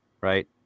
Right